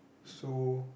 so